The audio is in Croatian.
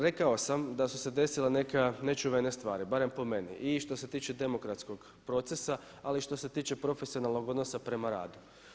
Rekao sam da su se desile neke nečuvene stvari, barem po meni i što se tiče demokratskog procesa ali i što se tiče profesionalnog odnosa prema radu.